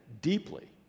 deeply